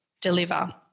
deliver